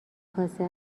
کاسه